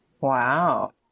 Wow